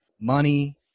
money